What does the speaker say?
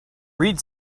read